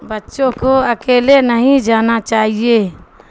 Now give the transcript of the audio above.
بچوں کو اکیلے نہیں جانا چاہیے